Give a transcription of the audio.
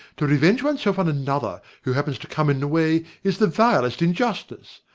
to revenge one's self on another, who happens to come in the way, is the vilest injustice!